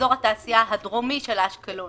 אזור התעשייה הדרומי של אשקלון